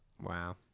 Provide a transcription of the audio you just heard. Wow